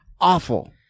Awful